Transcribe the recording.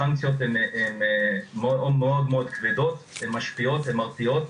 הסנקציות הן מאד כבדות, הן משפיעות ומרתיעות.